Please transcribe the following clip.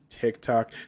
tiktok